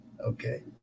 Okay